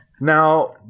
now